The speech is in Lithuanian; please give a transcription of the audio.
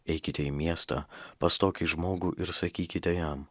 eikite į miestą pas tokį žmogų ir sakykite jam